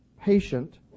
patient